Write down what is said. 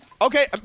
Okay